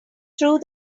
through